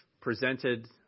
presented